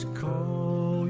call